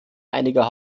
einiger